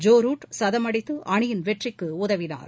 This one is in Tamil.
ஜோ ரூட் சதம் அடித்து அணியின் வெற்றிக்கு உதவினார்